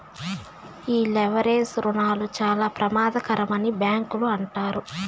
ఈ లెవరేజ్ రుణాలు చాలా ప్రమాదకరమని బ్యాంకులు అంటారు